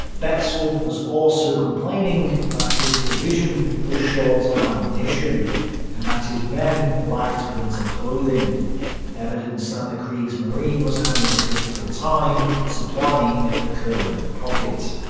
betzel was also complaining that his division was short of ammunition and that his men lacked winter clothing evidence that ah the kriegsmarine was having a difficult time supplying the courland pocket.